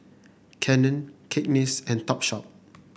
Canon Cakenis and Topshop